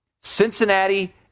Cincinnati